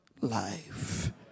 life